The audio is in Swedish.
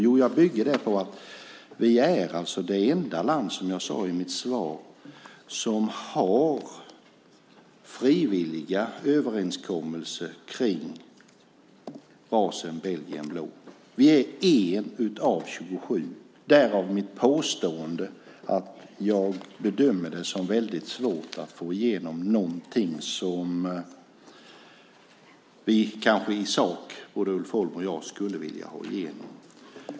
Jo, jag bygger det på att vi är det enda land, som jag sade i mitt svar, som har frivilliga överenskommelser kring rasen belgisk blå. Vi är en av 27, därav mitt påstående att jag bedömer det som väldigt svårt att få igenom något som vi kanske i sak, både Ulf Holm och jag, skulle vilja ha igenom.